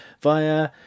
via